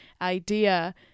idea